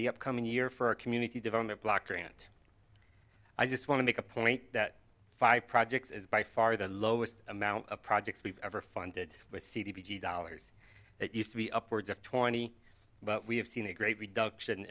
the upcoming year for our community development block grant i just want to make a point that five projects is by far the lowest amount of projects we've ever funded with c d g dollars that used to be upwards of twenty but we have seen a great reduction